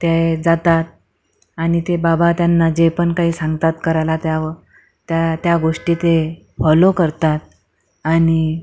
त्याए जातात आणि ते बाबा त्यांना जे पण काही सांगतात करायला त्यावं त्या त्या गोष्टी ते फॉलो करतात आणि